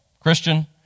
Christian